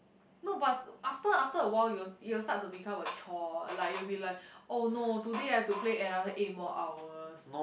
no but after after a while you will you will start to become a chore like you will be like oh no today I have to play another eight more hours